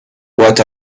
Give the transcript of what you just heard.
what